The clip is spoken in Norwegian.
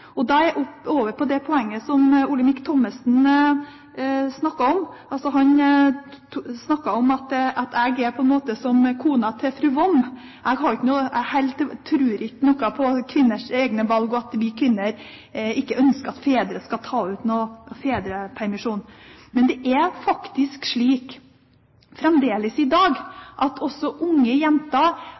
med. Da er vi over på det poenget som Olemic Thommessen snakket om. Han snakket om at jeg på en måte er som fru Vom: Jeg tror ikke noe på kvinners egne valg og at vi kvinner ikke ønsker at fedre skal ta ut noen fedrepermisjon. Men det er faktisk slik fremdeles i dag at også unge jenter